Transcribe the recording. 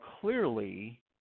clearly